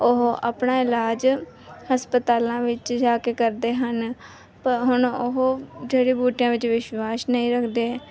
ਉਹ ਆਪਣਾ ਇਲਾਜ ਹਸਪਤਾਲਾਂ ਵਿੱਚ ਜਾ ਕੇ ਕਰਦੇ ਹਨ ਹੁਣ ਉਹ ਜਿਹੜੇ ਬੂਟਿਆਂ ਵਿੱਚ ਵਿਸ਼ਵਾਸ ਨਹੀਂ ਰੱਖਦੇ